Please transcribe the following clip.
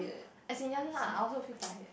as in ya lah I also feel tired